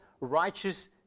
righteous